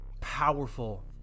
powerful